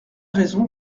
raison